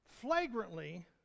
flagrantly